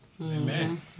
Amen